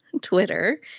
Twitter